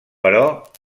però